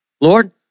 Lord